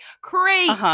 crazy